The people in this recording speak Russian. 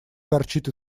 торчит